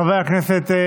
חברי הכנסת.